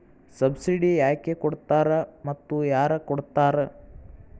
Subsidy ಯಾಕೆ ಕೊಡ್ತಾರ ಮತ್ತು ಯಾರ್ ಕೊಡ್ತಾರ್?